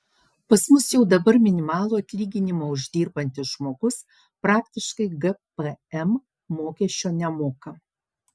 pas mus jau dabar minimalų atlyginimą uždirbantis žmogus praktiškai gpm mokesčio nemoka